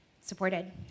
supported